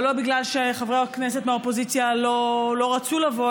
אבל לא בגלל שחברי הכנסת מהאופוזיציה לא רצו לבוא,